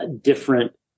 different